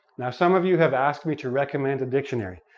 now some of you have asked me to recommend a dictionary.